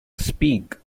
speak